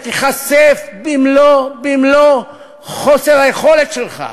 אתה תיחשף במלוא חוסר היכולת שלך.